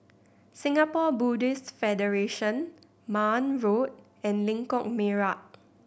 Singapore Buddhist Federation Marne Road and Lengkok Merak